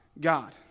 God